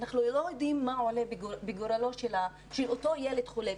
אנחנו לא יודעים מה יעלה בגורלו של אותו ילד חולה,